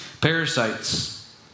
Parasites